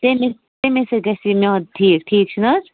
تیٚلہِ تٔمی سۭتۍ گژھِ یہِ میادٕ ٹھیٖک ٹھیٖک چھِ حظ